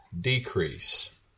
decrease